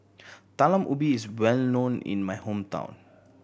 Talam Ubi is well known in my hometown